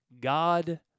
God